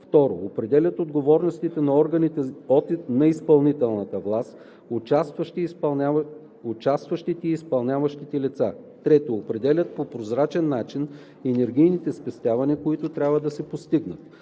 г.; 2. определят отговорностите на органите на изпълнителната власт, участващите и изпълняващите лица; 3. определят по прозрачен начин енергийните спестявания, които трябва да се постигнат;